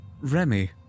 Remy